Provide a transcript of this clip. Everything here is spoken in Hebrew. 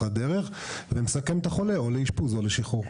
הדרך ומסכם את החולה או לאשפוז או לשחרור.